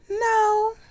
No